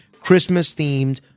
Christmas-themed